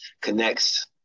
connects